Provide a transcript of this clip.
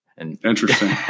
Interesting